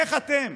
איך אתם,